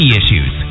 issues